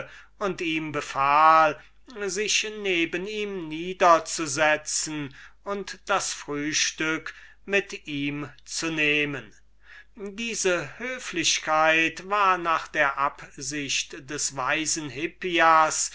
und ihm befahl sich neben ihm niederzusetzen und das frühstück mit ihm zu nehmen diese höflichkeit war nach der absicht des weisen hippias